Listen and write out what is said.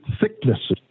thicknesses